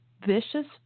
vicious